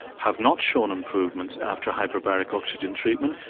have not shown improvements after hyperbaric oxygen treatment,